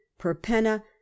Perpenna